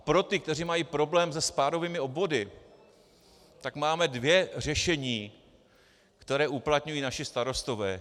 Pro ty, kteří mají problém se spádovými obvody, máme dvě řešení, která uplatňují naši starostové.